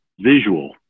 visual